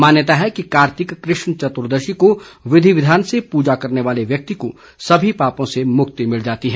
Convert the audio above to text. मान्यता है कि कार्तिक कृष्ण चतुर्दशी के विधि विधान से पूजा करने वाले व्यक्ति को सभी पापों से मुक्ति मिल जाती है